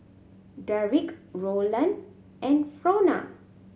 Derrick Rolland and Frona